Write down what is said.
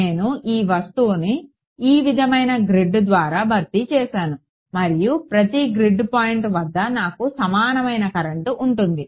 నేను ఈ వస్తువును ఈ విధమైన గ్రిడ్ ద్వారా భర్తీ చేసాను మరియు ప్రతి గ్రిడ్ పాయింట్ వద్ద నాకు సమానమైన కరెంట్ ఉంటుంది